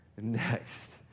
next